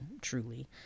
truly